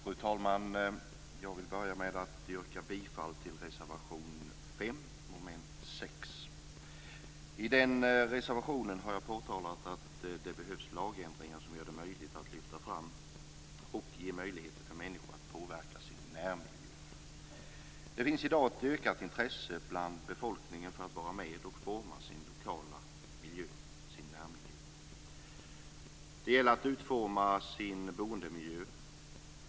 Fru talman! Jag vill börja med att yrka bifall till reservation 5 under mom. 6. I den reservationen har jag påtalat att det behövs lagändringar som gör det möjligt att lyfta fram närmiljön och ge människor möjligheter påverka denna. Det finns i dag ett ökat intresse bland befolkningen för att vara med och forma sin lokala miljö, sin närmiljö. Det gäller att utforma sin boendemiljö.